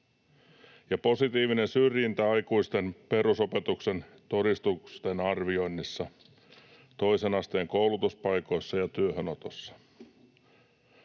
positiivinen syrjintä aikuisten perusopetuksen todistusten arvioinnissa toisen asteen koulutuspaikoissa ja työhönotossa.